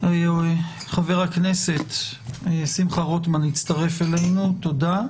חבר הכנסת שמחה רוטמן הצטרף אלינו, תודה.